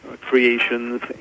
creations